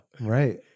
Right